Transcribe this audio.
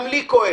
גם לי כואב.